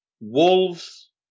Wolves